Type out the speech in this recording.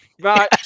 Right